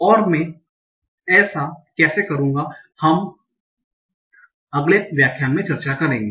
और मैं ऐसा कैसे करूंगा और हम अगले व्याख्यान में चर्चा करेंगे